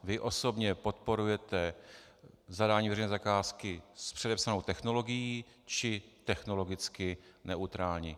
Vy osobně podporujete zadání veřejné zakázky s předepsanou technologií, či technologicky neutrální?